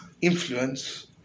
influence